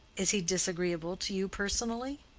is he disagreeable to you personally?